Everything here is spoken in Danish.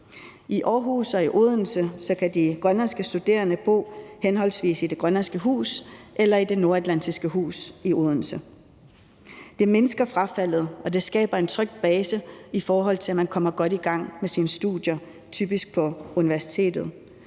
I Aarhus og Odense kan de grønlandske studerende bo i Det Grønlandske Hus eller i Det Nordatlantiske Hus. Det mindsker frafaldet, og det skaber en tryg base, så man kommer godt i gang med sine studier, typisk på universitetet.